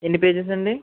ఎన్ని పేజెస్ అండి